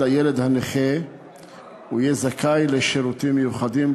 הילד הנכה ההורה יהיה זכאי לשירותים מיוחדים,